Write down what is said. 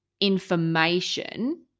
information